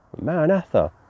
maranatha